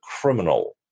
criminal